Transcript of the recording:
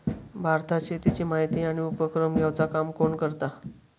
भारतात शेतीची माहिती आणि उपक्रम घेवचा काम कोण करता?